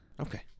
Okay